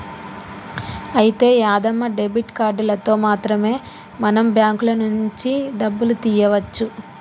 అయితే యాదమ్మ డెబిట్ కార్డులతో మాత్రమే మనం బ్యాంకుల నుంచి డబ్బులు తీయవచ్చు